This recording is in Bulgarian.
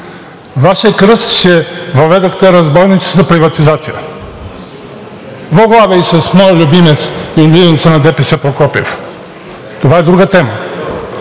Вашият кръст, е че въведохте разбойническата приватизация воглаве и с моя любимец, и любимеца на ДПС Прокопиев. Това е друга тема.